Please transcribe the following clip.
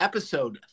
Episode